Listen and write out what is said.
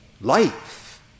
Life